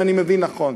אם אני מבין נכון,